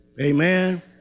Amen